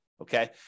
Okay